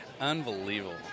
Unbelievable